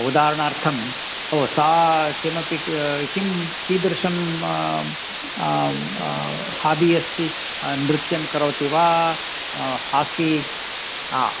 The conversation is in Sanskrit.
उदाहरणार्थं ओ सा किमपि किं कीदृशं हाबि अस्ति नृत्यं करोति वा हाकी आ